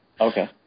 Okay